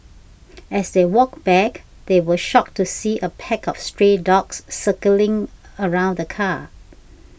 as they walked back they were shocked to see a pack of stray dogs circling around the car